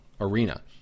arena